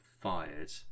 fired